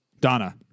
Donna